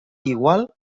igual